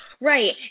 right